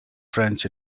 french